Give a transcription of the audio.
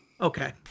Okay